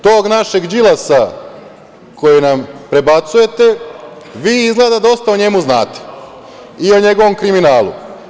Tog našeg Đilasa, kojeg nam prebacujete, vi izgleda dosta o njemu znate i o njegovom kriminalu.